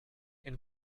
and